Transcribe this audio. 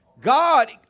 God